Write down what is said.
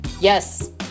Yes